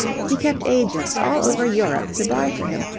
he kept agents all over europe to buy for him,